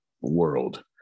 world